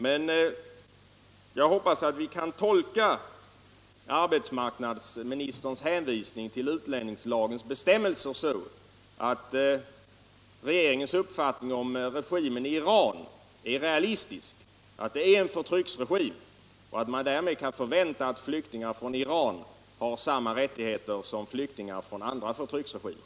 Men jag hoppas att vi kan tolka arbetsmarknadsministerns hänvisning till utlänningslagens bestämmelser så, att regeringens uppfattning om regimen i Iran är realistisk — att regeringen inser att det är en förtryckarregim och att man därmed kan förvänta att flyktingar från Iran har samma rättigheter som flyktingar från andra förtryckarregimer.